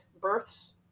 Births